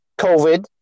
COVID